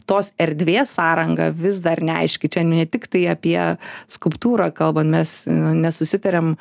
tos erdvės sąranga vis dar neaiški čia ne tiktai apie skulptūrą kalbant mes nesusitarėm